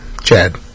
Chad